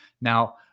Now